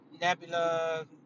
Nebula